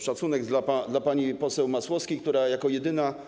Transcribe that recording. Szacunek dla pani poseł Masłowskiej, która jako jedyna.